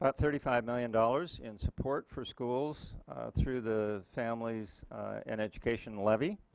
but thirty five million dollars in support for schools through the families and education levy